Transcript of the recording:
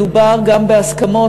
מדובר גם בהסכמות,